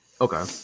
Okay